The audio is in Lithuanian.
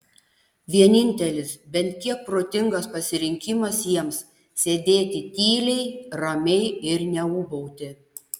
vienintelis bent kiek protingas pasirinkimas jiems sėdėti tyliai ramiai ir neūbauti